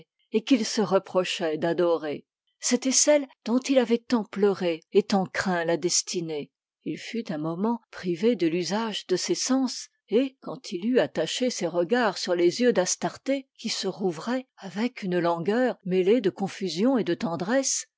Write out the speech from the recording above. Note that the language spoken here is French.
et qu'il se reprochait d'adorer c'était celle dont il avait tant pleuré et tant craint la destinée il fut un moment privé de l'usage de ses sens et quand il eut attaché ses regards sur les yeux d'astarté qui se rouvraient avec une langueur mêlée de confusion et de tendresse